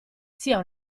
sia